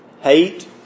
hate